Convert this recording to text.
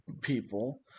people